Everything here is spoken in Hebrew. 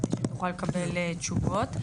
כדי שתוכל לקבל תשובות.